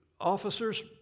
officers